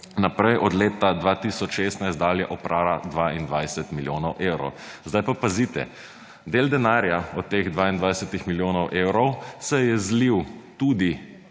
naprej – od leta 2016 dalje oprala 22 milijonov evrov. Zdaj pa pazite. Del denarja od teh 22 milijonov evrov se je zlil tudi